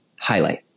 highlight